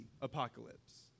apocalypse